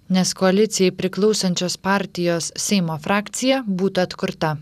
nes koalicijai priklausančios partijos seimo frakcija būtų atkurta